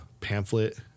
pamphlet